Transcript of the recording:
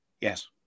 Yes